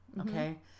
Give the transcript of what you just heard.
okay